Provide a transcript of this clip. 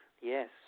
Yes